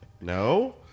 No